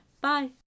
Bye